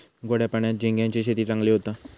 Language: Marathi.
गोड्या पाण्यात झिंग्यांची शेती चांगली होता